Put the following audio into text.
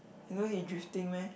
you know you drifting meh